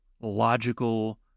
logical